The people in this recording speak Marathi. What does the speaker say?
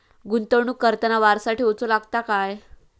गुंतवणूक करताना वारसा ठेवचो लागता काय?